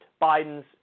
Biden's